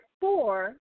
four